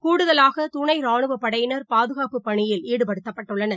கூடுதலாகதுணைரானுவப்படையினர் பாதுகாப்பு பணியில் ஈடுபடுத்தப்பட்டுள்ளனர்